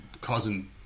causing